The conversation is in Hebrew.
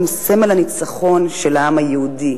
הם סמל הניצחון של העם היהודי,